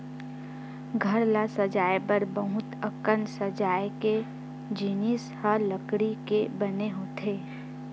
घर ल सजाए बर बहुत अकन सजाए के जिनिस ह लकड़ी के बने होथे